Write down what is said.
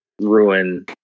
ruin